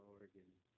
Oregon